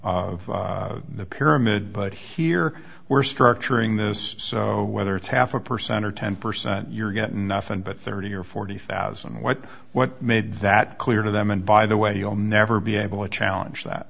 of the pyramid but here we're structuring this so whether it's half a percent or ten percent you're getting nothing but thirty or forty thousand what what made that clear to them and by the way you'll never be able to challenge that